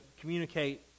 communicate